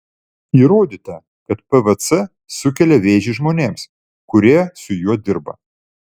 įrodyta kad pvc sukelia vėžį žmonėms kurie su juo dirba